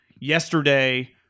yesterday –